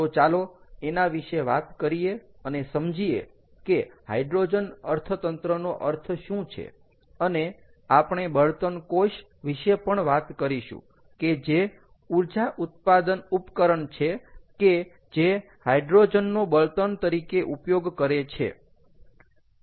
તો ચાલો એના વિશે વાત કરીએ અને સમજીએ કે હાઈડ્રોજન અર્થતંત્રનો અર્થ શું છે અને આપણે બળતણ કોષ વિશે પણ વાત કરીશું કે જે ઊર્જા ઉત્પાદન ઉપકરણ છે કે જે હાઈડ્રોજનનો બળતણ તરીકે ઉપયોગ કરે છે